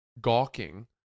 gawking